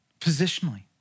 positionally